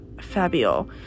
Fabio